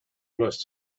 must